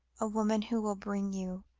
a woman who will bring you